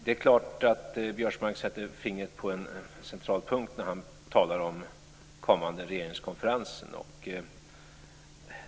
Det är klart att Biörsmark sätter fingret på en central punkt när han talar om den kommande regeringskonferensen.